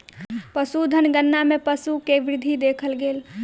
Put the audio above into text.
पशुधन गणना मे पशु के वृद्धि देखल गेल